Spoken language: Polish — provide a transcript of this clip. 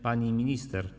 Pani Minister!